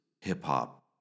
hip-hop